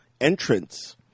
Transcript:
entrance